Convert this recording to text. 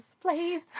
please